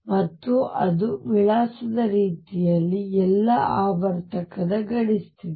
ಮತ್ತು ಅದು ವಿಳಾಸದ ರೀತಿಯಲ್ಲಿ ಎಲ್ಲ ಆವರ್ತಕ ಗಡಿ ಸ್ಥಿತಿ